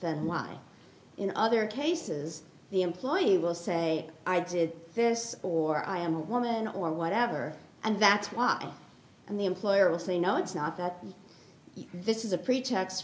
then y in other cases the employee will say i did this or i am a woman or whatever and that's why and the employer will say no it's not that this is a pretext